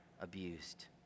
abused